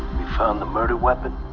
we found the murder weapon,